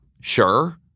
Sure